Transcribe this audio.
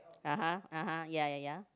(uh huh) (uh huh) ya ya ya